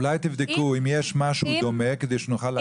אולי תבדקו אם יש משהו דומה כדי שנוכל להקיש.